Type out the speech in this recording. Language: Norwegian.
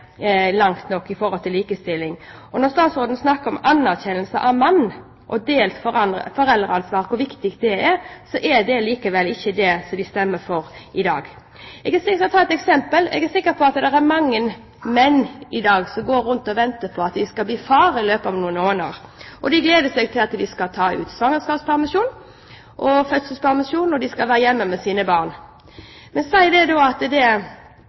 langt nok med tanke på likestilling. Når statsråden snakker om hvor viktig anerkjennelse av mannen og delt foreldreansvar er, er det likevel ikke det de stemmer for i dag. Jeg vil ta et eksempel: Jeg er sikker på at det er mange menn i dag som går rundt og venter på at de skal bli fedre i løpet av noen måneder. De gleder seg til å ta ut svangerskapspermisjon og fødselspermisjon, og til at de skal være hjemme med sine barn. Men la oss si at samboerforholdet, eller ekteskapet, ikke går så bra, og at det